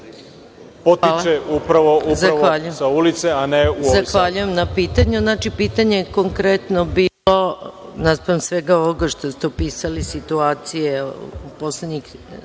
potiče upravo sa ulice, a ne u ovoj sali.